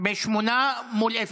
בשמונה מול אפס.